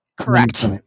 Correct